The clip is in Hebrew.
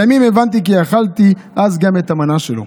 לימים הבנתי שאכלתי גם את המנה שלו.